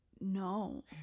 no